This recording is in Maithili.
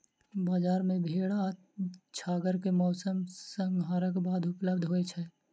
बजार मे भेड़ आ छागर के मौस, संहारक बाद उपलब्ध होय छै